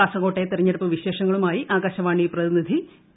കാസർഗോട്ടെ തെരഞ്ഞെടുപ്പ് വിശേഷങ്ങളുമായി ആകാശവാണി പ്രതിനിധി പി